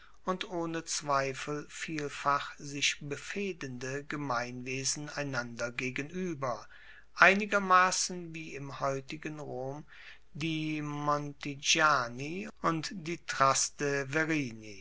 ohne zweifel vielfach sich befehdende gemeinwesen einander gegenueber einigermassen wie im heutigen rom die montigiani und die